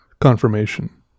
confirmation